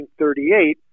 1938